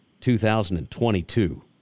2022